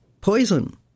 Poison